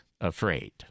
afraid